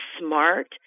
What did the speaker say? smart